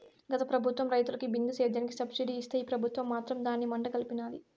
గత పెబుత్వం రైతులకి బిందు సేద్యానికి సబ్సిడీ ఇస్తే ఈ పెబుత్వం మాత్రం దాన్ని మంట గల్పినాది